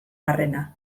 barrena